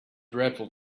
dreadful